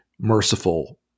merciful